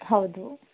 ಹೌದು